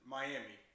Miami